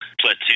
platoon